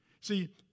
See